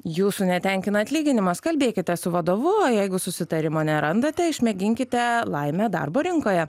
jūsų netenkina atlyginimas kalbėkite su vadovu jeigu susitarimo nerandate išmėginkite laimę darbo rinkoje